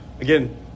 Again